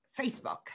Facebook